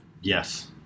Yes